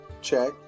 check